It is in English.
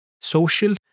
Social